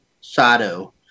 Sato